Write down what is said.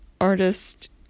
artist